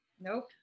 Nope